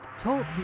Talk